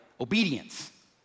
obedience